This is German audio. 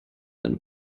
eine